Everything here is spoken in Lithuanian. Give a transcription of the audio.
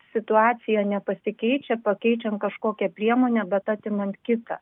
situacija nepasikeičia pakeičiant kažkokią priemonę bet atimant kitą